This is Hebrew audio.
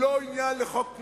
הוא לא עניין לחוק פלילי,